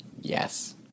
yes